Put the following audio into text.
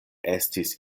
estis